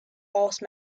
force